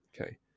okay